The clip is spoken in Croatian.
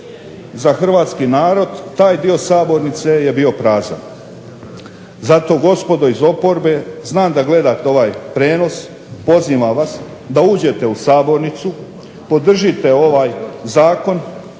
za hrvatski narod taj dio sabornice je bio prazan. Zato gospodo iz oporbe, znam da gledate ovaj prijenos, pozivam vas da uđete u sabornicu, podržite ovaj zakon,